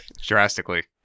Drastically